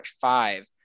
five